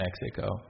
Mexico